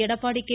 Edappadi K